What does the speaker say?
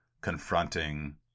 confronting